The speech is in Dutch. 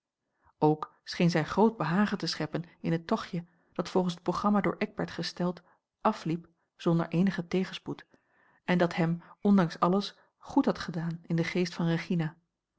scheen zij groot behagen te scheppen in het tochtje dat volgens het programma door eckbert gesteld afliep zonder eenigen tegenspoed en dat hem ondanks alles goed had gedaan in den geest van regina